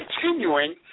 continuing